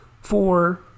four